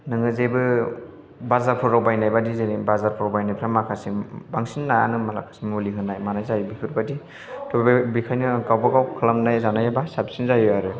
नोङो जेबो बाजारफोराव बायनायबादि जेनेबा बाजारफ्राव बायनायफ्रा माखासे बांसिन नायानो मुलि होनाय मानाय जायो बेफोरबादि थ' बेखायनो आं गावबागाव खालामनाय जानायाबा साबसिन जायो आरो